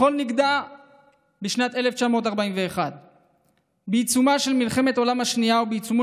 הכול נגדע בשנת 1941. בעיצומה של מלחמת העולם השנייה ובעיצומו